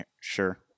Sure